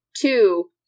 Two